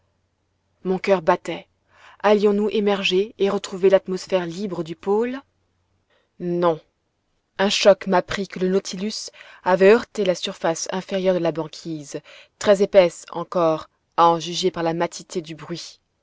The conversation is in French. mon coeur battait allions nous émerger et retrouver l'atmosphère libre du pôle non un choc m'apprit que le nautilus avait heurté la surface inférieure de la banquise très épaisse encore à en juger par la matité du bruit